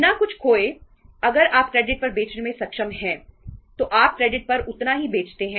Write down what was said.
बिना कुछ खोए अगर आप क्रेडिट पर बेचने में सक्षम हैं तो आप क्रेडिट पर उतना ही बेचते हैं